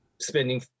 spending